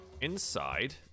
Inside